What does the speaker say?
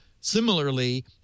similarly